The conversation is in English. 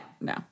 No